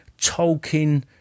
Tolkien